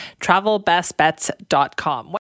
travelbestbets.com